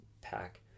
pack